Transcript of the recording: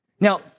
Now